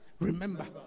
Remember